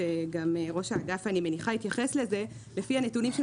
ואני מניחה שראש האגף יתייחס לזה.